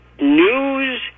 news